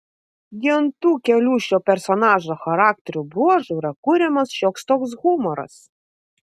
gi ant tų kelių šio personažo charakterio bruožų yra kuriamas šioks toks humoras